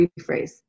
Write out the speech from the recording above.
rephrase